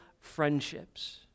friendships